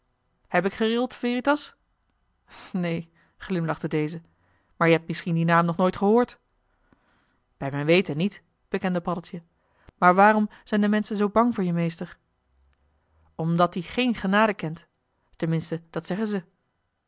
heb ik gerild veritas neen glimlachte deze maar je hebt misschien dien naam nog nooit gehoord bij mijn weten niet bekende paddeltje maar waarom zijn de menschen zoo bang voor je meester omdat die geen genade kent ten minste dat zeggen ze